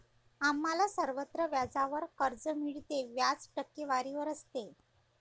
आम्हाला सर्वत्र व्याजावर कर्ज मिळते, व्याज टक्केवारीवर असते